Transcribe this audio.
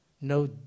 no